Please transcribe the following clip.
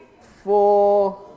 four